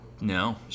No